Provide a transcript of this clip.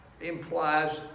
implies